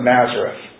Nazareth